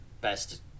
best